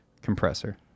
compressor